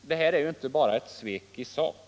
Det är inte bara ett svek i sak.